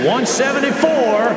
174